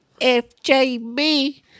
FJB